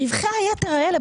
רווחי היתר האלה,